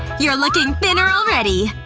you're looking thinner already.